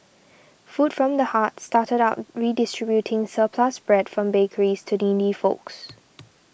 food from the Hearts started out redistributing surplus bread from bakeries to needy folks